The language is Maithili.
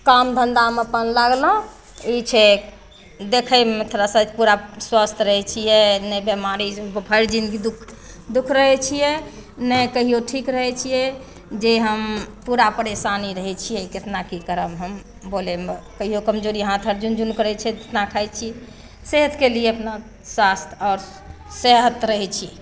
काम धन्धामे अपन लागलहुँ ई छै देखैमे थोड़ा सा पूरा स्वस्थ रहै छियै नहि बेमारी भरि दिन ई दुःख दुःख रहै छियै नहि कहियो ठीक रहै छियै जे हम पूरा परेशानी रहै छियै केतना की करब हम बोलेमे कहियो कमजोरीमे हाँथ आर झुन झुन करै छै जितना खाइ छी सेहतके लिये अपना स्वास्थ आओर सेहत रहै छी